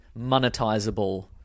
monetizable